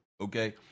Okay